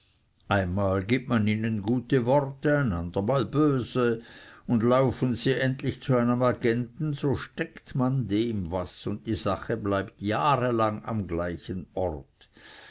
einmal gibt man ihnen gute worte ein andermal böse und laufen sie endlich zu einem agenten so steckt man dem was und die sach bleibt jahrelang am gleichen orte